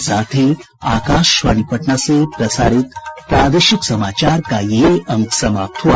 इसके साथ ही आकाशवाणी पटना से प्रसारित प्रादेशिक समाचार का ये अंक समाप्त हुआ